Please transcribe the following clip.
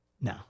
No